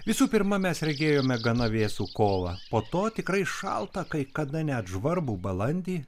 visų pirma mes regėjome gana vėsų kovą po to tikrai šaltą kai kada net žvarbų balandį